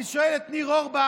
אני שואל את ניר אורבך,